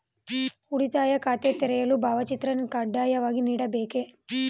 ಉಳಿತಾಯ ಖಾತೆ ತೆರೆಯಲು ಭಾವಚಿತ್ರ ಕಡ್ಡಾಯವಾಗಿ ನೀಡಬೇಕೇ?